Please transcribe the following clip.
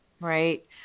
right